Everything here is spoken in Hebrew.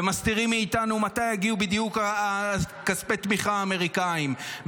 ומסתירים מאיתנו מתי יגיעו בדיוק כספי התמיכה האמריקניים,